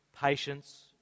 patience